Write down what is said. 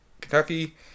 Kentucky